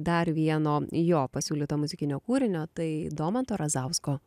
dar vieno jo pasiūlyto muzikinio kūrinio tai domanto razausko